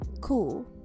Cool